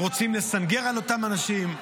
שרוצים לסנגר על אותם אנשים,